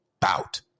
bout